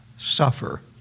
suffer